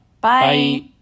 Bye